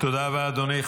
תודה רבה, אדוני.